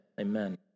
amen